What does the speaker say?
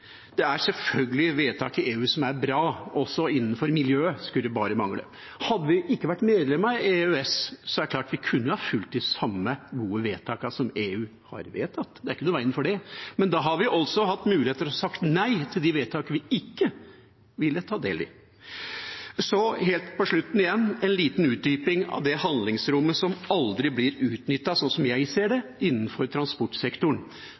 det til miljøministeren. Det er selvfølgelig vedtak i EU som er bra, også innenfor miljø, det skulle bare mangle. Hadde vi ikke vært medlem av EØS, er det klart at vi kunne ha fulgt de samme gode vedtakene som EU har fattet, det er ikke noe i veien for det, men da hadde vi også hatt mulighet til å si nei til de vedtakene vi ikke ville ta del i. Så, helt på slutten, en liten utdyping av det handlingsrommet som aldri blir utnyttet, slik jeg ser det, innenfor transportsektoren.